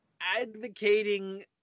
advocating